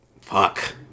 Fuck